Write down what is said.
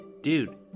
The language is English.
dude